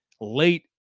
late